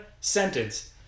sentence